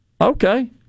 okay